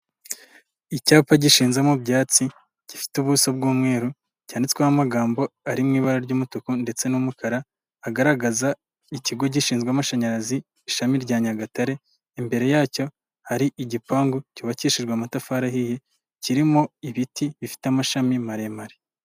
Icyapa gishinze mu ibyatsi, gifite ubuso bw'umweru, cyanditsweho amagambo ari mu ibara ry'umutuku ndetse n'umukara agaragaza ikigo gishinzwe amashanyarazi ishami rya Nyagatare, imbere yacyo hari igipangu cyubakishijwe amatafari ahiye kirimo ibiti bifite amashami maremare.